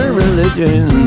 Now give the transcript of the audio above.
religion